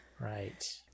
Right